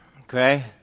Okay